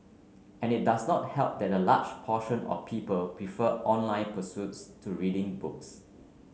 and it does not help that a large portion of people prefer online pursuits to reading books